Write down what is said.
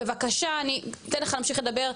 בבקשה, אני אתן לך להמשיך לדבר,